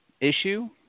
issue